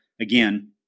again